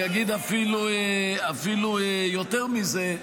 אני אגיד אפילו יותר מזה.